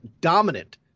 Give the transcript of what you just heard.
dominant